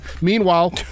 meanwhile